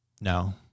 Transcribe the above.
No